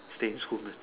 stay in school man